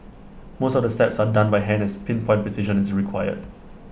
most of the steps are done by hand as pin point precision is required